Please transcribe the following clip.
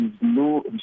no